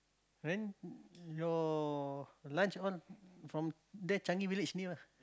then your lunch on from there Changi Village near ah